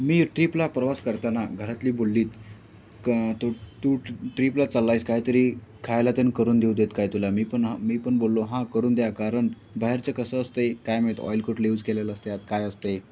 मी ट्रीपला प्रवास करताना घरातली बोललीत क तू तू ट्रीपला चालला आहेस काय तरी खायला त्याना करून देऊ देत काय तुला मी पण हा मी पण बोललो हा करून द्या कारण बाहेरचे कसं असतं काय माहीत ऑईल कुठले यूज केलेलं असते आत काय असते